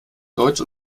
deutsch